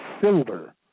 silver